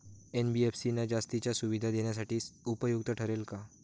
NBFC ना जास्तीच्या सुविधा देण्यासाठी उपयुक्त ठरेल का?